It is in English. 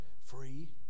Free